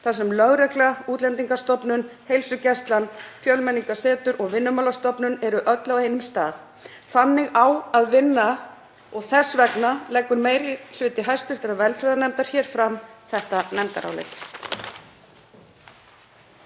þar sem lögregla, Útlendingastofnun, heilsugæslan, Fjölmenningarsetur og Vinnumálastofnun eru öll á einum stað. Þannig á að vinna og þess vegna leggur meiri hluti hv. velferðarnefndar hér fram þetta nefndarálit.